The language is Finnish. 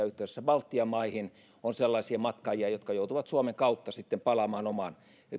yhteydessä baltian maihin on sellaisia matkaajia jotka joutuvat suomen kautta sitten palaamaan omaan